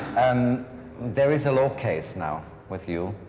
and there is a law case now with you.